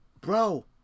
bro